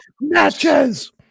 matches